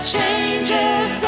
Changes